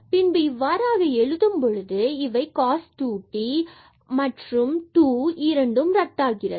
பின்பு இவ்வாறாக எழுதும் பொழுது இவை cos 2 t and 2 இரண்டும் ரத்தாகிறது